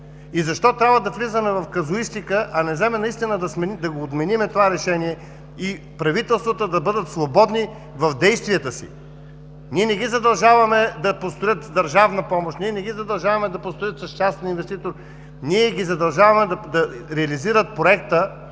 Защо трябва да влизаме в казуистика, а не вземем наистина да отменим това решение и правителствата да бъдат свободни в действията си? Ние не ги задължаваме да построят с държавна помощ, ние не ги задължаваме да построят с частен инвеститор, а ние ги задължаваме да реализират проекта